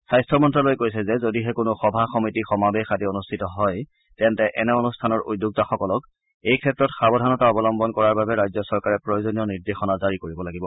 স্বাস্থমন্ত্যালয়ে কৈছে যে যদিহে কোনো সভা সমিতি সমাবেশ আদি অনুষ্ঠিত হয় তেন্তে এনে অনুষ্ঠানৰ উদ্যোক্তাসকলক এই ক্ষেত্ৰত সাৱধানতা অৱলম্বন কৰাৰ বাবে ৰাজ্য চৰকাৰে প্ৰয়োজনীয় নিৰ্দেশসনা জাৰি কৰিব লাগিব